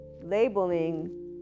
labeling